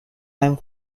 time